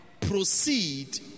proceed